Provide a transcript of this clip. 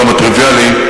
כמה טריוויאלי,